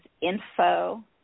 info